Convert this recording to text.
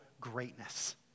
greatness